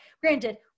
granted